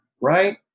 right